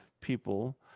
people